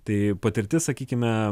tai patirtis sakykime